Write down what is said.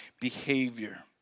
behavior